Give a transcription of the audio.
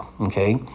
Okay